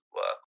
work